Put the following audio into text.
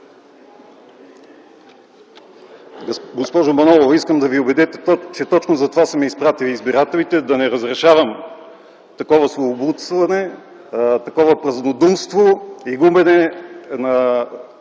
Госпожо Манолова, искам да Ви убедя, че точно за това са ме изпратили избирателите – да не разрешавам такова словоблудстване, такова празнодумство и губене на